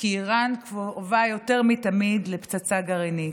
כי איראן קרובה, יותר מתמיד, לפצצה גרעינית.